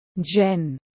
Jen